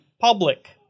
public